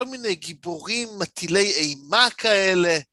כל מיני גיבורים, מטילי אימה כאלה.